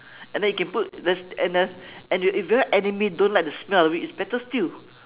and then you can put this and uh and if your enemy don't like the smell of it is better still